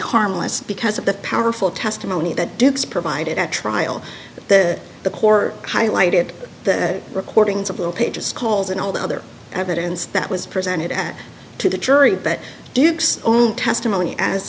harmless because of the powerful testimony that duke's provided at trial the the core highlighted the recordings of the pages calls and all the other evidence that was presented to the jury but do you own testimony as